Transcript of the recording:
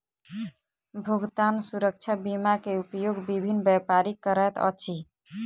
भुगतान सुरक्षा बीमा के उपयोग विभिन्न व्यापारी करैत अछि